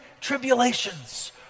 tribulations